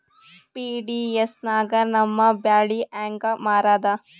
PDS ನಾಗ ನಮ್ಮ ಬ್ಯಾಳಿ ಹೆಂಗ ಮಾರದ?